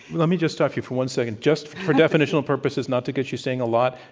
let me just stop you for one second. just for definitional purposes, not to get you saying a lot,